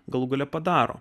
galų gale padaro